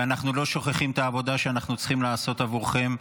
ואנחנו לא שוכחים את העבודה שאנחנו צריכים לעשות עבורכם,